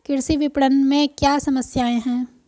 कृषि विपणन में क्या समस्याएँ हैं?